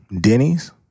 Denny's